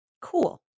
cool